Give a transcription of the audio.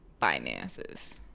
finances